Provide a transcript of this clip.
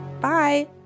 bye